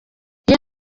iyi